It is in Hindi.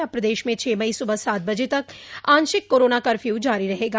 अब प्रदेश में छह मई सुबह सात बजे तक आंशिक कोरोना कर्फ्यू जारी रहेगा